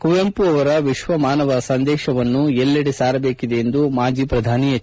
ಕುವೆಂಪು ಅವರ ವಿಶ್ವ ಮಾನವ ಸಂದೇಶವನ್ನು ಎಲ್ಲಡೆ ಸಾರಬೇಕಿದೆ ಎಂದು ಮಾಜಿ ಪ್ರಧಾನಿ ಎಚ್